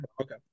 okay